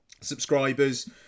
subscribers